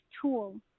tool